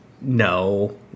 No